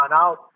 out